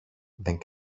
δεν